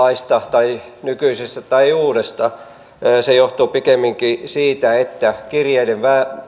nykyisestä tai uudesta laista se johtuu pikemminkin siitä että kirjeiden